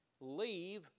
leave